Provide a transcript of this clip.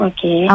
Okay